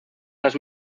las